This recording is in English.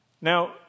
Now